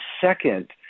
second